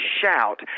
shout